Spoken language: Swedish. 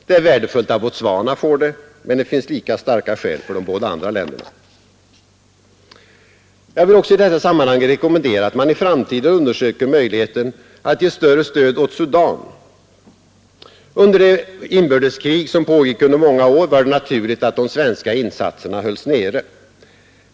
Det är värdefullt att Botswana får det, men det finns lika starka skäl för de båda andra länderna. Jag vill också i detta sammanhang rekommendera att man i framtiden undersöker möjligheterna att ge större stöd åt Sudan. Under det inbördeskrig som pågick under många år var det naturligt att de svenska insatserna hölls nere.